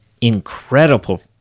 Incredible